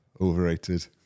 Overrated